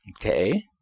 Okay